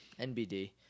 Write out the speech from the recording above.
NBD